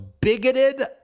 bigoted